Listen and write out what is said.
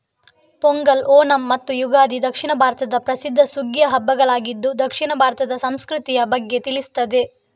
ಪೊಂಗಲ್, ಓಣಂ ಮತ್ತು ಯುಗಾದಿ ದಕ್ಷಿಣ ಭಾರತದ ಪ್ರಸಿದ್ಧ ಸುಗ್ಗಿಯ ಹಬ್ಬಗಳಾಗಿದ್ದು ದಕ್ಷಿಣ ಭಾರತದ ಸಂಸ್ಕೃತಿಯ ಬಗ್ಗೆ ತಿಳಿಸ್ತದೆ